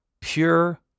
pure